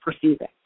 perceiving